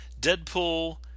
Deadpool